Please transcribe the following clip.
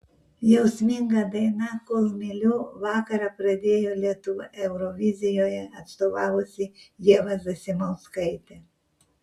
jausminga daina kol myliu vakarą pradėjo lietuvą eurovizijoje atstovavusi ieva zasimauskaitė